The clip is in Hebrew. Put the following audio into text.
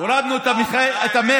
הורדנו את המכס.